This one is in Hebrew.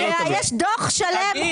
כי יש דוח שלם,